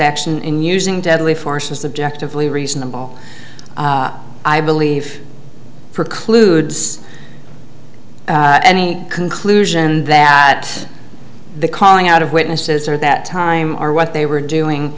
action in using deadly force is subject of lee reasonable i believe precludes any conclusion that the calling out of witnesses or that time or what they were doing